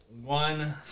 one